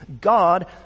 God